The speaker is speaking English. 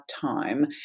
time